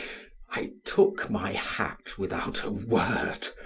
i took my hat without a word,